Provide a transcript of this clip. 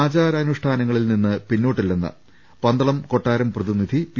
ആചാരാനുഷ്ഠാനങ്ങളിൽ പിന്നോട്ടില്ലെന്ന് പന്തളം കൊട്ടാരം പ്രതി നിധി പി